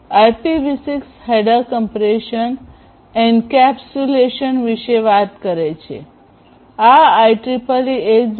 IPv6 header compression encapsulation વિશે વાત કરે છે આ IEEE 802